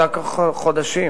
וזה לקח חודשים.